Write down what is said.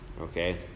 Okay